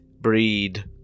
Breed